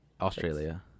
Australia